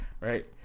right